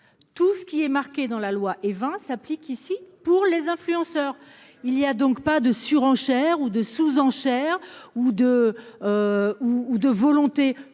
Tout ce qui est marqué dans la loi Évin s'applique ici pour les influenceurs. Il y a donc pas de surenchère ou de sous-enchère ou de.